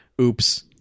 Oops